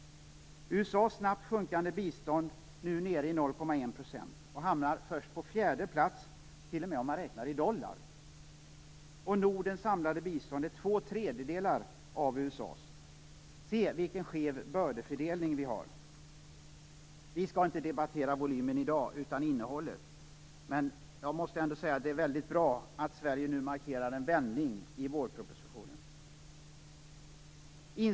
USA:s snabbt sjunkande bistånd är nu nere på 0,1 % och hamnar först på fjärde plats, t.o.m. om man räknar i dollar. Nordens samlade bistånd är två tredjedelar av USA:s. Se vilken skev fördelning av bördorna vi har. Vi skall inte debattera volymen i dag, utan det är innehållet vi skall debattera. Jag måste ändå säga att det är väldigt bra att Sverige nu i vårpropositionen markerar en vändning.